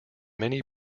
many